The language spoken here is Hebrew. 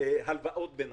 הלוואות ביניים.